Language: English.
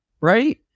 right